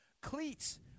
cleats